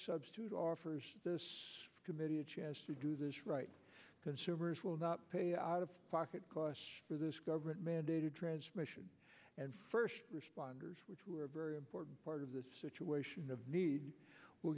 substitute offers this committee a chance to do this right consumers will not pay out of pocket costs for this government mandated transmission and first responders which were very important part of the situation of need w